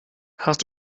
hast